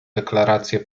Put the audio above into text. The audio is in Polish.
deklarację